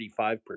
35%